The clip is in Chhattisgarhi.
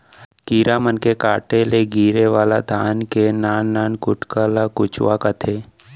कीरा मन के काटे ले गिरे वाला धान के नान नान कुटका ल कुचवा कथें